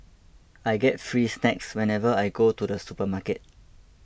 I get free snacks whenever I go to the supermarket